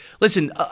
Listen